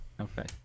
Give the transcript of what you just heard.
Okay